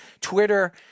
Twitter